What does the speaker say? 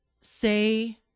say